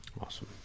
Awesome